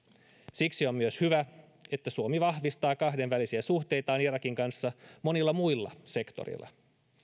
siksi on myös hyvä että suomi vahvistaa kahdenvälisiä suhteitaan irakin kanssa monilla muilla sektoreilla